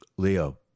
Leo